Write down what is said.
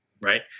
Right